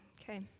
okay